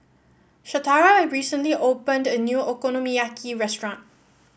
Shatara recently opened a new Okonomiyaki restaurant